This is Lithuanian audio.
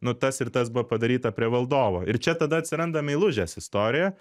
nu tas ir tas buvo padaryta prie valdovo ir čia tada atsiranda meilužės istorija